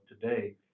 today